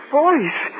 voice